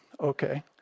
okay